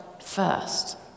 first